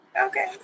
Okay